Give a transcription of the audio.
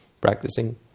practicing